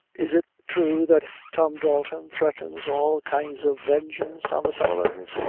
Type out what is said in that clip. is it true that tom dalton threatens all kinds of vengeance on the sullivans?